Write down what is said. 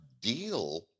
deal